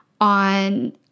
on